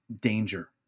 danger